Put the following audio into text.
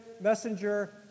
messenger